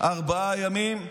ארבעה ימים: